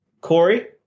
Corey